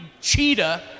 cheetah